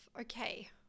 okay